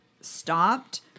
stopped